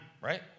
right